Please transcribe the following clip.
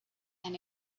and